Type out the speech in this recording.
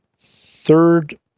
Third